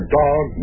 dog